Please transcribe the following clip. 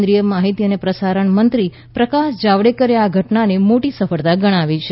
કેન્દ્રીય માહિતી અને પ્રસારણ મંત્રી પ્રકાશ જાવડેકરે આ ઘટનાને મોટી સફળતા ગણાવી છે